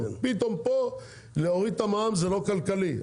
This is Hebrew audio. פתאום פה להוריד את המע"מ זה לא כלכלי?